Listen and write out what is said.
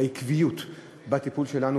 עם עקביות בטיפול שלנו,